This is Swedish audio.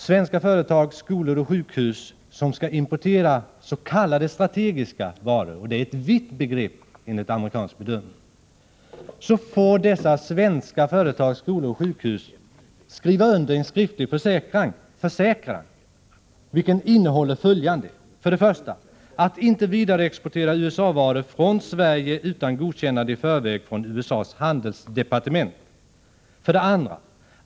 Svenska företag, skolor och sjukhus som skall importera s.k. strategiska varor — det är ett vitt begrepp enligt amerikansk bedömning — får skriva under en försäkran, som innehåller följande: 1. Att inte vidareexportera USA-varor från Sverige utan godkännande i förväg från USA:s handelsdepartement. 2.